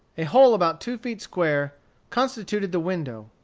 a hole about two feet square constituted the window.